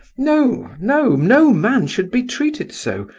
no! no! no man should be treated so,